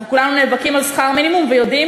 אנחנו כולנו נאבקים על שכר מינימום ויודעים